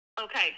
Okay